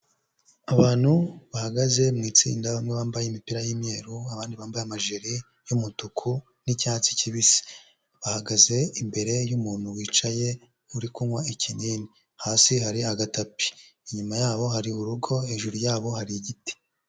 Abantu bahagaze mu itsinda bamwe bambaye imipira y'umyeru, abandi bambaye amajiri y'umutuku n'icyatsi kibisi, bahagaze imbere y'umuntu wicaye uri kunywa ikinini, hasi hari agatapi, inyuma yabo hari urugo, hejuru yabo hari igiti.